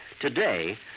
Today